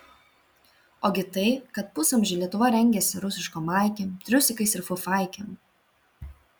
ogi tai kad pusamžį lietuva rengėsi rusiškom maikėm triusikais ir fufaikėm